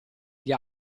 gli